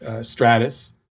stratus